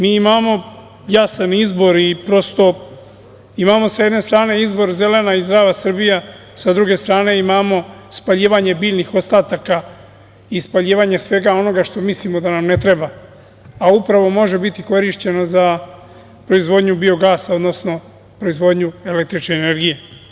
Mi imamo jasan izbor i prosto imamo sa jedne strane izbor zelena i zdrava Srbija, sa druge strane imamo spaljivanje biljnih ostataka i spaljivanje svega onoga što mislimo da nam ne treba, a upravo može biti korišćeno za proizvodnju biogasa, odnosno proizvodnju električne energije.